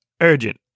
urgent